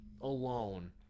alone